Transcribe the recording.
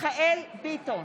מיכאל ביטון,